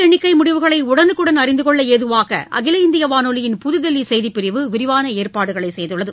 வாக்குஎண்ணிக்கைமுடிவுகளைஉடனுக்குடன் அறிந்துகொள்ளஏதுவாகஅகில இந்தியவானொலியின் புதுதில்லிசெய்திப்பிரிவு விரிவானஏற்பாடுகள் செய்துள்ளது